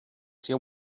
see